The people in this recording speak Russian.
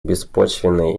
беспочвенные